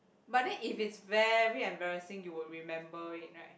but then if it's very embarrassing you would remember it right